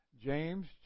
James